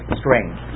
strange